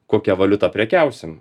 kokia valiuta prekiausim